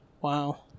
Wow